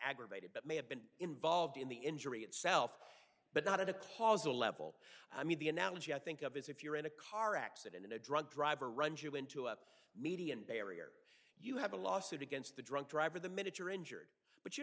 aggravated but may have been involved in the injury itself but not at a causal level i mean the analogy i think of is if you're in a car accident and a drunk driver runs you into up median barrier you have a lawsuit against the drunk driver the minute you're injured but you